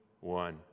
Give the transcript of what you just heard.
one